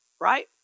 right